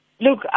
Look